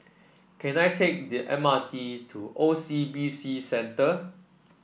can I take the M R T to O C B C Centre